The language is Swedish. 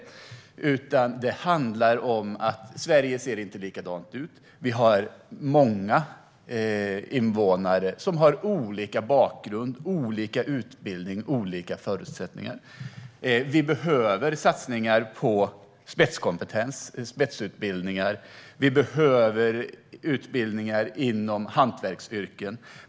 Det ser inte likadant ut överallt i Sverige. Vi har många invånare med olika bakgrund, olika utbildning och olika förutsättningar. Vi behöver satsningar på spetskompetens och spetsutbildningar. Vi behöver utbildningar inom hantverksyrken.